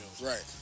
Right